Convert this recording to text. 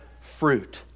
fruit